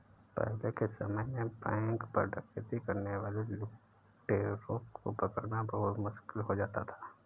पहले के समय में बैंक पर डकैती करने वाले लुटेरों को पकड़ना बहुत मुश्किल हो जाता था